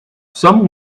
some